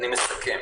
אני מסכם: